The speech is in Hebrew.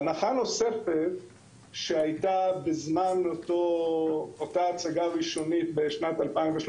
הנחה נוספת שהייתה בזמן אותה הצגה ראשונית בשנת 2013